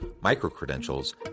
micro-credentials